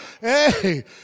hey